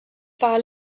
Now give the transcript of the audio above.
par